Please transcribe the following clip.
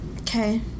Okay